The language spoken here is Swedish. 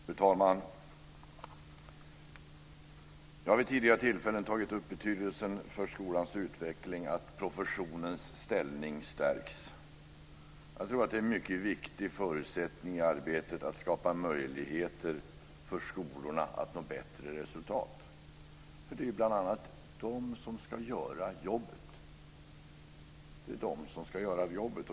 Fru talman! Jag har vid tidigare tillfällen tagit upp vad det betyder för skolans utveckling att professionens ställning stärks. Jag tror att det är en mycket viktig förutsättning i arbetet att skapa möjligheter för skolorna att nå bättre resultat. Det är ju bl.a. denna profession som ska göra jobbet.